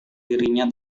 dirinya